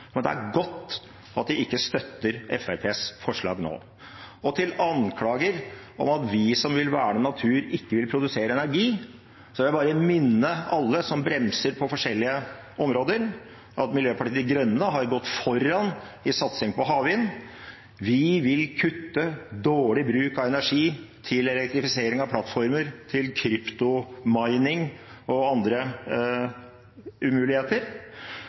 men det er godt at de ikke støtter Fremskrittspartiets forslag nå. Til anklager om at vi som vil verne natur, ikke vil produsere energi: Jeg vil bare minne alle som bremser på forskjellige områder, om at Miljøpartiet De Grønne har gått foran i satsing på havvind, vi vil kutte dårlig bruk av energi til elektrifisering av plattformer, til kryptomining og andre umuligheter,